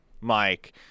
Mike